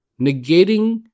negating